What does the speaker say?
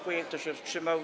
Kto się wstrzymał?